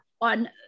on